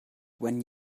when